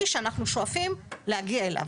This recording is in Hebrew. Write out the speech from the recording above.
שאנחנו שואפים להגיע אליו.